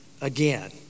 again